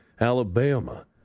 Alabama